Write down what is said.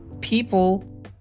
People